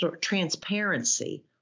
transparency